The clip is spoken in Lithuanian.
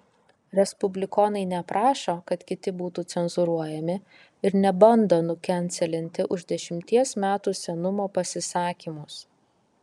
respublikonai neprašo kad kiti būtų cenzūruojami ir nebando nukenselinti už dešimties metų senumo pasisakymus